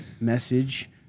message